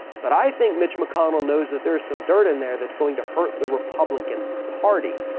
but i think mitch mcconnell knows that there is some dirt in there that's going to hurt the republican party.